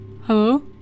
Hello